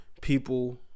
People